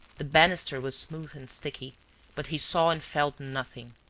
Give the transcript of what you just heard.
the banister was smooth and sticky but he saw and felt nothing.